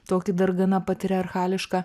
tokį dar gana patriarchališką